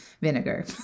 vinegar